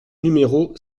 numéro